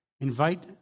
invite